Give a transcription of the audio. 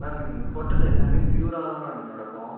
ma'am எங்கள் ஹோட்டலில் எல்லாமே பியூராக தான் மேம் நடக்கும்